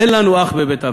אין לנו אח בבית המלך.